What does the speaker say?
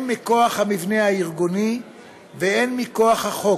הן מכוח המבנה הארגוני והן מכוח החוק,